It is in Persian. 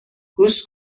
گوش